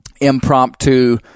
impromptu